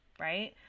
right